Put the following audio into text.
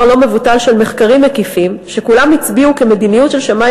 לא מבוטל של מחקרים מקיפים שכולם הצביעו כי מדיניות של שמים